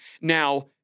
Now